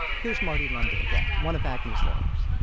here's marty london again, one of agnew's lawyers